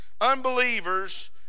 unbelievers